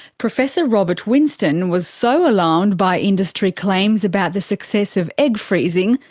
professor robert winston was so alarmed by industry claims about the success of egg freezing,